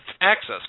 access